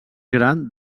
gran